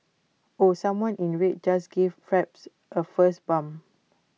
ooh someone in red just gave Phelps A fist bump